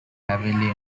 heavily